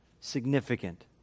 significant